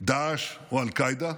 דאעש או אל-קאעידה.